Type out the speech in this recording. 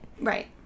right